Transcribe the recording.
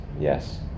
Yes